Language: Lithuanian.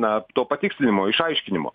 na to patikslinimo išaiškinimo